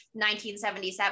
1977